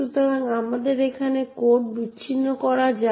সুতরাং আমাদের এখানে কোড বিচ্ছিন্ন করা যাক